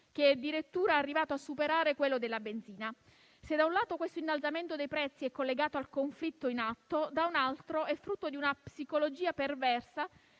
arrivato a superare quello della benzina. Se da un lato questo innalzamento dei prezzi è collegato al conflitto in atto, da un altro è frutto di una psicologia perversa